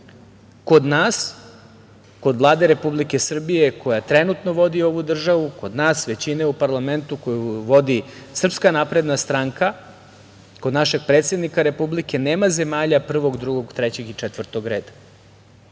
Kod nas, kod Vlade Republike Srbije koja trenutno vodi ovu državu, kod nas, većine u parlamentu koju vodi SNS, kod našeg predsednika Republike nema zemalja prvog, drugog, trećeg i četvrtog reda.